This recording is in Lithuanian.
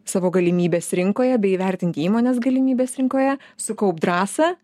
savo galimybes rinkoje bei įvertinti įmonės galimybes rinkoje sukaupt drąsą